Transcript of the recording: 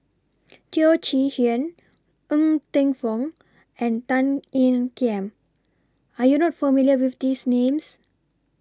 Teo Chee Hean Ng Teng Fong and Tan Ean Kiam Are YOU not familiar with These Names